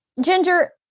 Ginger